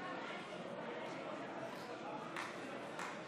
יכול להיות שאתם לא עומדים עוד פעם